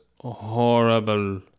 horrible